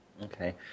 Okay